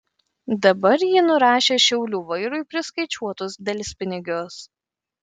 dabar ji nurašė šiaulių vairui priskaičiuotus delspinigius